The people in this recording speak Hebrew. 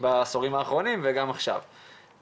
בעשורים האחרונים וגם עכשיו.